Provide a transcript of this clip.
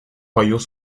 royaux